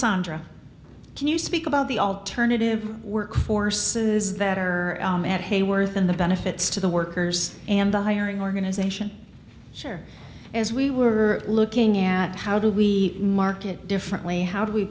cassandra can you speak about the alternative work forces that are at hayworth in the benefits to the workers and the hiring organization share as we were looking at how do we market differently how do we